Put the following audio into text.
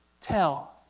tell